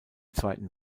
zweiten